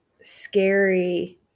scary